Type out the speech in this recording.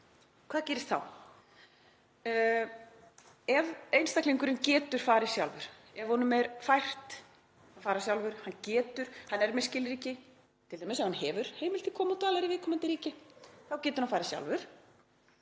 Hvað gerist þá? Ef einstaklingurinn getur farið sjálfur, ef honum er fært að fara sjálfur, hann er með skilríki, t.d. ef hann hefur heimild til komu og dvalar í viðkomandi ríki, þá getur hann farið sjálfur.